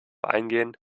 eingehen